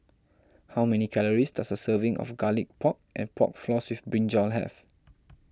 how many calories does a serving of Garlic Pork and Pork Floss with Brinjal have